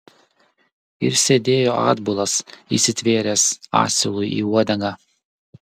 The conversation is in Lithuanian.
ir sėdėjo atbulas įsitvėręs asilui į uodegą